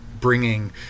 bringing